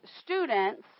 students